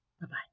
Bye-bye